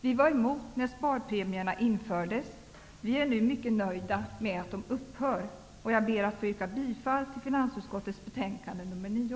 Vi var emot när sparpremierna infördes, och vi är nu mycket nöjda med att de upphör. Jag ber att få yrka bifall till hemställan i finansutskottets betänkande nr 9.